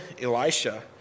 Elisha